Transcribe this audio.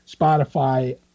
Spotify